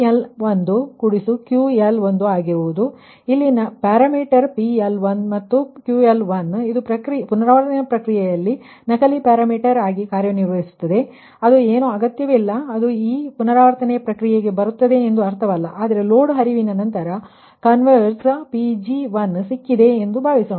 ಆದ್ದರಿಂದ ಇಲ್ಲಿ parameter PL1 ಹಾಗೂ QL1 ಇದು ಪುನರಾವರ್ತನೆಯ ಪ್ರಕ್ರಿಯೆಯಲ್ಲಿ ಡಮ್ಮಿ ಪ್ಯಾರಾಮೀಟರ್ ಆಗಿ ಕಾರ್ಯನಿರ್ವಹಿಸುತ್ತದೆ ಅದು ಏನೂ ಅಗತ್ಯವಿಲ್ಲ ಆದರೆ ಲೋಡ್ ವಿದ್ಯುತ್ ಪ್ರವಾಹದ ನಂತರ ಕನ್ವೆರ್ಸ್ Pg1 ಸಿಕ್ಕಿದೆ ಎಂದು ಭಾವಿಸೋಣ